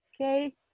Okay